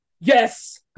yes